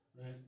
Right